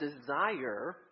desire